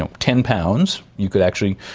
um ten pounds, you could actually,